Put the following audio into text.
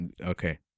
Okay